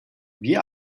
wie